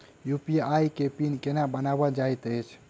UPI केँ PIN केना बनायल जाइत अछि